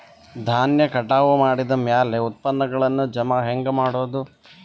ಧಾನ್ಯ ಕಟಾವು ಮಾಡಿದ ಮ್ಯಾಲೆ ಉತ್ಪನ್ನಗಳನ್ನು ಜಮಾ ಹೆಂಗ ಮಾಡೋದು?